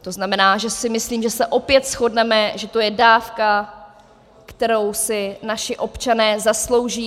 To znamená, myslím, že se opět shodneme, že to je dávka, kterou si naši občané zaslouží.